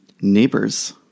neighbors